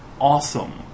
awesome